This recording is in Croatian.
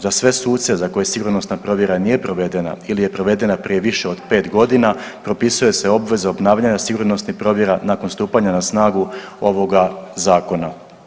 Za sve suce za koje sigurnosna provjera nije provedena ili je provedena prije više od 5 godina propisuje se obveza obnavljanja sigurnosnih provjera nakon stupanja na snagu ovoga zakona.